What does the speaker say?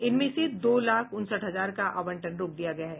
इनमें से दो लाख उनसठ हजार का आवंटन रोक दिया गया है